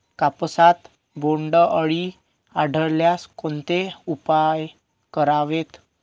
कापसात बोंडअळी आढळल्यास कोणते उपाय करावेत?